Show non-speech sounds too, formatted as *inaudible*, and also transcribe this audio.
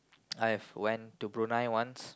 *noise* I have went to Brunei once